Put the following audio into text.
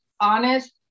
honest